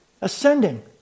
ascending